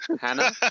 Hannah